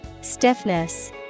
Stiffness